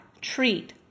treat